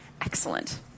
Excellent